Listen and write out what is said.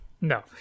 no